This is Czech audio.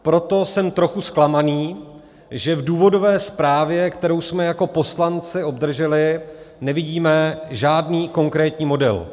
Proto jsem trochu zklamaný, že v důvodové zprávě, kterou jsme jako poslanci obdrželi, nevidíme žádný konkrétní model.